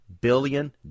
billion